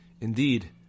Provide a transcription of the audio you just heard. Indeed